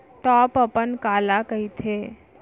Top अपन काला कहिथे?